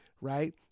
Right